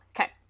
Okay